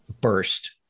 burst